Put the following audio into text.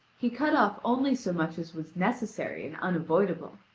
he cut off only so much as was necessary and unavoidable.